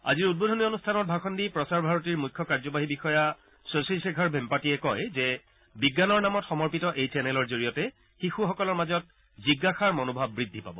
আজিৰ উদ্বোধনী অনুষ্ঠানত ভাষণ দি প্ৰচাৰ ভাৰতীৰ মুখ্য কাৰ্যবাহী বিষয়া শশী শেখৰ ভেম্পাটীয়ে কয় যে বিজ্ঞানৰ নামত সমৰ্পিত এই চেনেলৰ জৰিয়তে শিশুসকলৰ মাজত জিজ্ঞাসাৰ মনোভাৱ বৃদ্ধি পাব